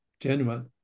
genuine